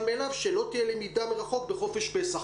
מאליו שלא תהיה למידה מרחוק בחופש פסח.